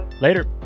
Later